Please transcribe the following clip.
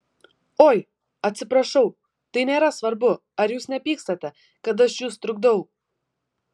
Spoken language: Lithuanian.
oi atsiprašau tai nėra svarbu ar jūs nepykstate kad aš jus trukdau